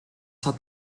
hat